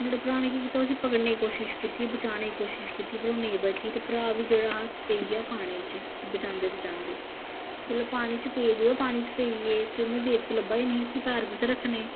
नुआढ़े भ्रा ने केह् कीता उसी पकड़ने दी कोशिश कीती बचाने दी कोशिश कीती पर ओह् नेईं बची ते भ्रा बी जेहड़ा हा पेई गेआ पानी च उसी बचांदे बचांदे जिसलै पानी च पेआ ते दोऐ पानी च पेई गे देवक लब्भा दी नेई ही के पैर कुत्थै रक्खना